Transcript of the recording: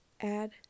add